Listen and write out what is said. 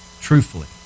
Truthfully